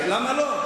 למה לא?